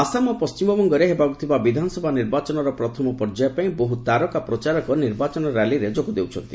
ଆସାମ ଓ ପଣ୍ଢିମବଙ୍ଗରେ ହେବାକୁ ଥିବା ବିଧାନସଭା ନିର୍ବାଚନର ପ୍ରଥମ ପର୍ଯ୍ୟାୟ ପାଇଁ ବହୁ ତାରକା ପ୍ରଚାରକ ନିର୍ବାଚନ ର୍ୟାଲିରେ ଯୋଗ ଦେଉଛନ୍ତି